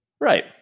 Right